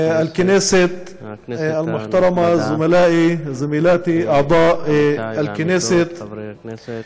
להלן תרגומם הסימולטני לעברית: כבוד יושב-ראש הכנסת